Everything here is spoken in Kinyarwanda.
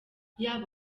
yaba